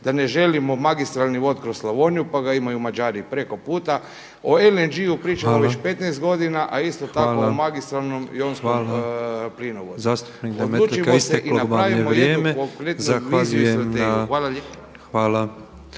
da ne želimo magistralni vod kroz Slavoniju pa ga imaju Mađari preko puta, o LNG-u pričamo već 15 godina a isto tako o magistranom, jonskom plinovodu. …/Upadica predsjednik: Zastupnik Demetlika isteklo vam